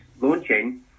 launching